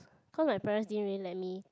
cause my parents didn't really let me